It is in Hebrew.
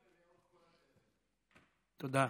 תודה.